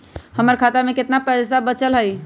हमर खाता में केतना पैसा बचल हई?